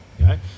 okay